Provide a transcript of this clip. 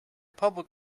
public